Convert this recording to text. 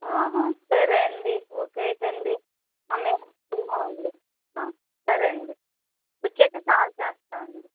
సరే అండి ఓకే అయితేండి సరే అండి వచ్చాక కాల్ చేస్తామండి